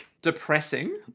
depressing